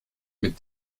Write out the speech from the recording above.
mit